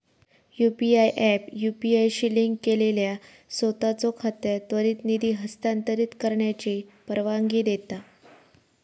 UPI app UPI शी link केलेल्या सोताचो खात्यात त्वरित निधी हस्तांतरित करण्याची परवानगी देता